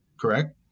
correct